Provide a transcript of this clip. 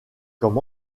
comme